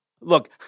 Look